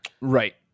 right